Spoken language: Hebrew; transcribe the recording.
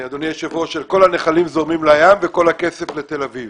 כל הנחלים זורמים לים וכל הכסף לתל אביב.